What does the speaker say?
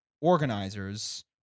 organizers